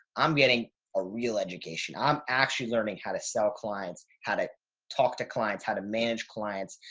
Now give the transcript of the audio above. i'm getting a real education. i'm actually learning how to sell clients, how to talk to clients, how to manage clients,